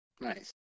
nice